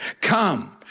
Come